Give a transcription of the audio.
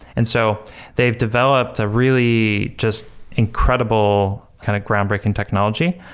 and so they've developed a really just incredible kind of groundbreaking technology.